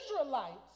Israelites